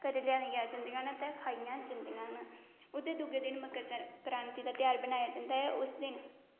रलाइयां जंदियां न ते खाइयां जंदियां न ओह्दे दूऐ दिन मकर संक्रांति दा ध्यार बनाया जंदा ऐ उस दिन